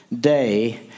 day